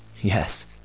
yes